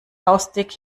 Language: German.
faustdick